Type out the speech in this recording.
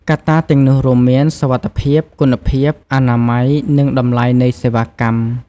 កត្តាទាំងនោះរួមមានសុវត្ថិភាព គុណភាព អនាម័យនិងតម្លៃនៃសេវាកម្ម។